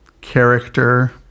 character